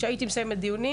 כשהייתי מסיימת דיון,